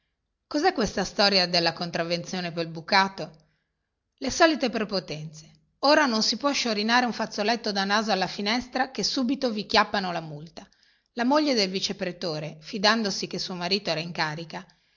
cosè questa storia della contravvenzione pel bucato le solite prepotenze ora non si può sciorinare un fazzoletto da naso alla finestra che subito vi chiappano la multa la moglie del vice pretore fidandosi che suo marito era in carica